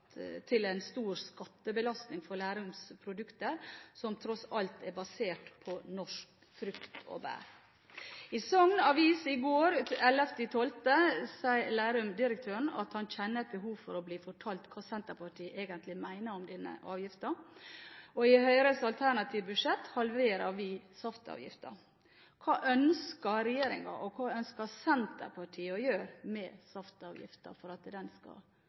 en stor skattebelastning for Lerums produkter, som tross alt er basert på norsk frukt og bær. I Sogn Avis i går, 11/12, sier Lerum-direktøren at han kjenner et behov for å bli fortalt hva Senterpartiet egentlig mener om denne avgiften. I Høyres alternative budsjett halverer vi saftavgiften. Hva ønsker regjeringen, og hva ønsker Senterpartiet å gjøre med saftavgiften for at den ikke skal